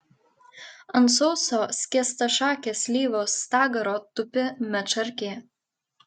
ant sauso skėstašakės slyvos stagaro tupi medšarkė